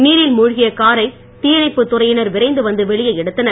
நீரில் மூழ்கிய காரை தீயணைப்பு துறையினர் விரைந்து வந்து வெளியே எடுத்தனர்